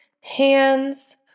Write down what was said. hands